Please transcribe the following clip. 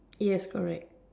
yes correct